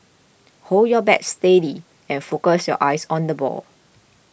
hold your bat steady and focus your eyes on the ball